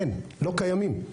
אין, לא קיימים.